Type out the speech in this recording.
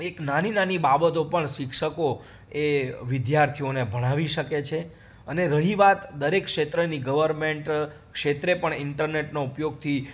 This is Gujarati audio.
એક નાની નાની બાબતો પણ શિક્ષકો એ વિદ્યાર્થીઓને ભણાવી શકે છે અને રહી વાત દરેક ક્ષેત્રની ગવર્મેન્ટ ક્ષેત્રે પણ ઈન્ટરનેટનો ઉપયોગથી